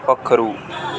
पक्खरू